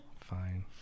Fine